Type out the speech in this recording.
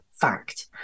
Fact